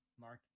Mark